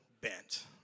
bent